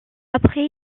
après